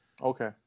okay